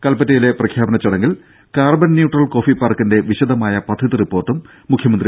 കൽപ്പറ്റയിലെ പ്രഖ്യാപന ചടങ്ങിൽ carbon neutral കോഫിപാർക്കിന്റെ വിശദമായ പദ്ധതി റിപ്പോർട്ടും മുഖ്യമന്ത്രി മന്ത്രി ഡോ